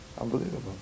Unbelievable